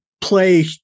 play